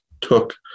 took